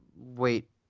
Wait